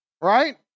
Right